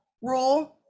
rule